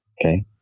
okay